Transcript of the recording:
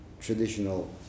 traditional